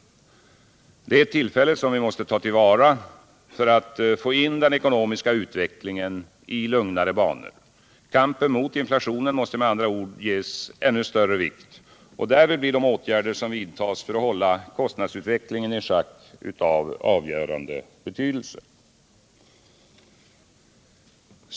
Det är ett tillfälle som vi måste ta till vara för att få in den ekonomiska utvecklingen i lugnare banor. Kampen mot inflationen måste med andra ord ges ännu större vikt. Därvid blir de åtgärder som vidtas för att hålla kostnadsutvecklingen i schack av avgörande betydelse.